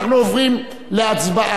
אנחנו עוברים להצבעה,